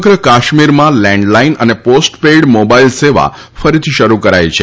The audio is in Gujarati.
સમગ્ર કાશ્મીરમાં લેન્ડલાઈન અને પોસ્ટપેઈડ મોબાઈલ સેવા ફરીથી શરૂ કરાઈ છે